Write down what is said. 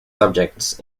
subjects